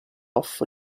off